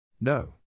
No